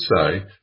say